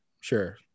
Sure